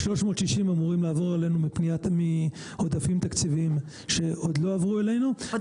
360 אמורים לעבור אלינו מעודפים תקציביים שעוד לא עברו אלינו,